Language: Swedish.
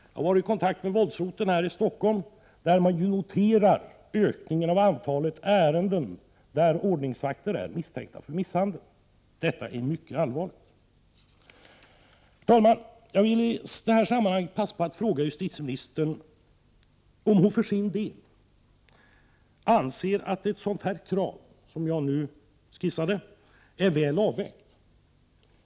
Jag har varit i kontakt med våldsroteln här i Stockholm, där man har noterat ökningen av antalet ärenden där ordningsvakter är misstänkta för misshandel. Detta är mycket allvarligt. Jag vill i det här sammanhanget passa på att fråga justitieministern om hon för sin del anser att ett sådant krav som jag nu har skisserat är väl avvägt.